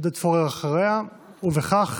עודד פורר אחריה, ובכך